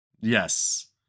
Yes